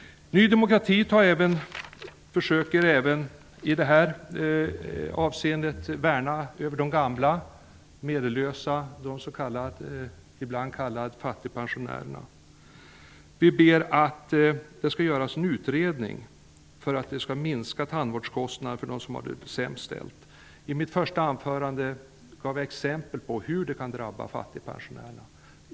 Ny demokrati försöker även i detta avseende att värna om de gamla och medellösa, de som ibland kallas fattigpensionärerna. Vi ber att det skall göras en utredning med syfte att minska tandvårdskostnaderna för dem som har det sämst ställt. I mitt första anförande gav jag exempel på hur det kan drabba fattigpensionärerna.